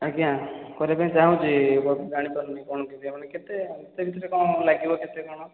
ଆଜ୍ଞା କରିବା ପାଇଁ ଚାହୁଁଛି ଜାଣି ପାରୁନି କ'ଣ କେତେ ଲାଗିବ କେତେ କ'ଣ